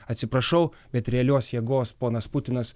atsiprašau bet realios jėgos ponas putinas